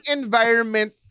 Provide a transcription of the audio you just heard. environment